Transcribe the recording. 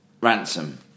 Ransom